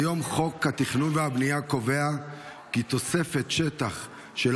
כיום חוק התכנון והבנייה קובע כי תוספת שטח של